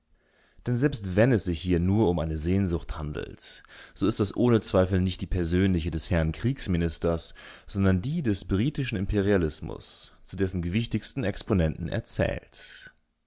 denn selbst wenn es sich hier nur um eine sehnsucht handelt so ist das ohne zweifel nicht die persönliche des herrn kriegsministers sondern die des britischen imperialismus zu dessen gewichtigsten exponenten er